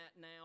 now